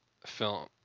Film